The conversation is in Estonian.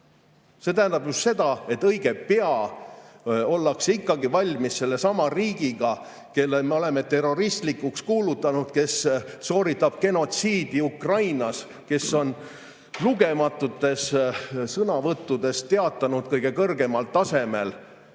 See tähendab seda, et õige pea ollakse ikkagi valmis [sõlmima lepingut] sellesama riigiga, kelle me oleme terroristlikuks kuulutanud, kes sooritab genotsiidi Ukrainas, kes on lugematutes sõnavõttudes teatanud kõige kõrgemal tasemel,